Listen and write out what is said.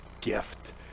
gift